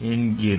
மூலம் கண்டிறிகிறோம்